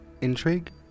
intrigue